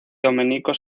domenico